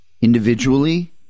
individually